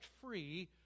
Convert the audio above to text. free